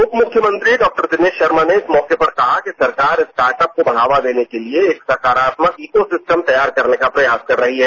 उपमुख्यमंत्री डॉ दिनेश शर्मा ने इस मौके पर कहा कि सरकार स्टार्टअप्स को बढ़ावा देने के लिए एक सकारात्मक इको सिस्टम तैयार करने का प्रयास कर रही है